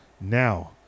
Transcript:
Now